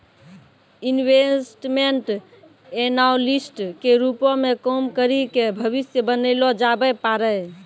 investment analyst के रूपो मे काम करि के भविष्य बनैलो जाबै पाड़ै